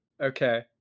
Okay